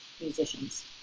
musicians